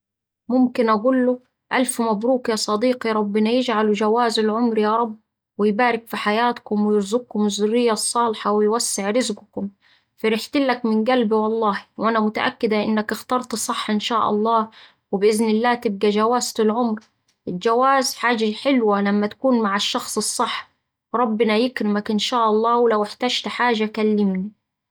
ممكن أقوله: ألف مبروك يا صديقي ربنا يجعله جواز العمر يارب ويبارك في حياتكم ويرزقكم الذرية الصالحة ويوسع رزقكم، فرحتلك من قلبي والله وأنا متأكدة إنك اخترت صح إن شاء الله وبإذن الله تبقا جوازة العمر. الجواز حاجة حلوة لما تكون مع الشخص الصح ربنا يكرمك إن شاء الله ولو احتجت أي حاجة كلمني.